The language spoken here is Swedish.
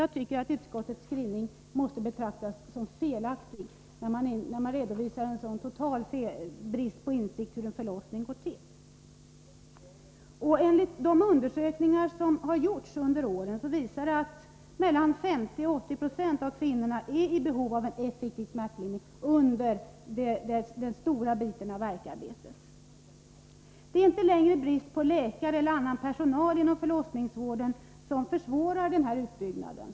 Jag tycker att utskottets skrivning måste betraktas som felaktig, när man redovisar en så total brist på insikt om hur en förlossning går till. De undersökningar som har gjorts under åren visar att 50-80 96 av kvinnorna är i behov av effektiv smärtlindring under den stora biten av värkarbetet. Det är inte längre brist på läkare eller annan personal inom förlossningsvården som försvårar en utbyggnad.